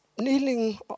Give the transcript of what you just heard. kneeling